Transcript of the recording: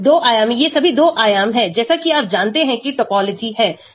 2 आयामी ये सभी 2 आयाम हैं जैसा कि आप जानते हैं कि टोपोलॉजी है